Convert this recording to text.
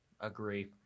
Agree